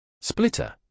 Splitter